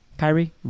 Kyrie